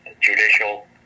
judicial